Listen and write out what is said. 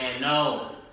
No